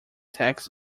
tax